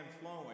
flowing